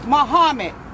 Muhammad